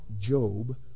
Job